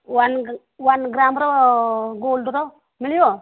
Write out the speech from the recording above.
one one ଗ୍ରାମ୍ର ଗୋଲ୍ଡ଼ର ମିଳିବ